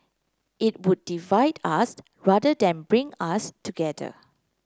it would divide us rather than bring us together